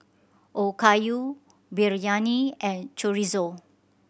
Okayu Biryani and Chorizo